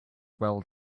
well